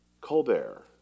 Colbert